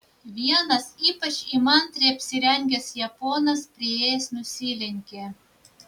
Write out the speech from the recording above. vienas ypač įmantriai apsirengęs japonas priėjęs nusilenkė